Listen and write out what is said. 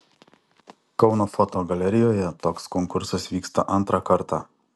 kauno fotogalerijoje toks konkursas vyksta antrą kartą